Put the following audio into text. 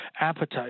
appetite